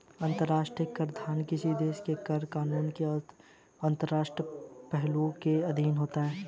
अंतर्राष्ट्रीय कराधान किसी देश के कर कानूनों के अंतर्राष्ट्रीय पहलुओं के अधीन होता है